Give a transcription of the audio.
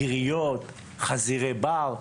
גיריות, חזירי בר,